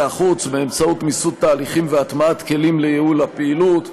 החוץ באמצעות מיסוד תהליכים והטמעת כלים לייעול הפעילות.